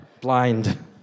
Blind